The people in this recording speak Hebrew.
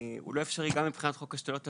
הוא לא אפשרי גם מבחינת חוק השתלות איברים.